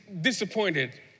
disappointed